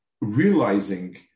Realizing